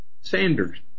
Sanders